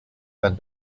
that